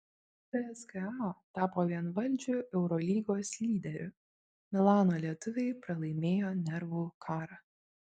cska tapo vienvaldžiu eurolygos lyderiu milano lietuviai pralaimėjo nervų karą